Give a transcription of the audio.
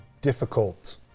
difficult